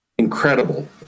Incredible